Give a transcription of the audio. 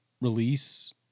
release